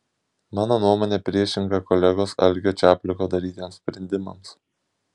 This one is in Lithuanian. mano nuomonė priešinga kolegos algio čapliko darytiems sprendimams